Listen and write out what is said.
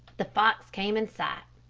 the fox came in sight.